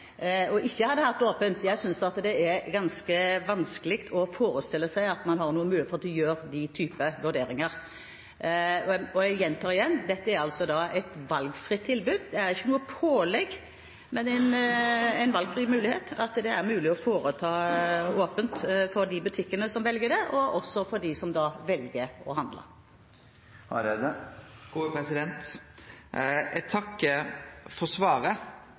og ikke hatt åpent. Jeg synes det er ganske vanskelig å forestille seg at man har noen mulighet for å gjøre den type vurderinger. Jeg gjentar: Dette er et valgfritt tilbud. Det er ikke noe pålegg, men en valgfri mulighet – en mulighet for å holde åpent for de butikkene som vil det, og også for dem som velger å handle.